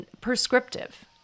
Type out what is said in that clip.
prescriptive